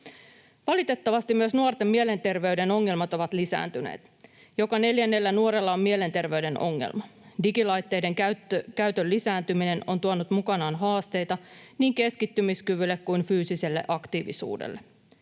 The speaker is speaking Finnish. Valitettavasti myös nuorten mielenterveyden ongelmat ovat lisääntyneet. Joka neljännellä nuorella on mielenterveyden ongelma. Digilaitteiden käytön lisääntyminen on tuonut mukanaan haasteita niin keskittymiskyvylle kuin fyysiselle aktiivisuudelle.